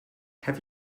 have